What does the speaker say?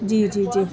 جی جی جی